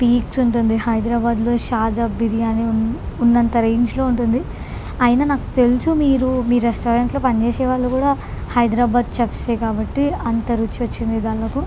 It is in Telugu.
పీక్స్ ఉంటుంది హైదరాబాద్లో షాదాబ్ బిర్యానీ ఉన్నంత రేంజులో ఉంటుంది అయినా నాకు తెలుసు మీరు మీ రెస్టారెంట్లో పనిచేసే వాళ్ళు కూడా హైదరాబాద్ చెఫ్సే కాబట్టి అంత రుచి వచ్చింది దాన్లకు